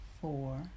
four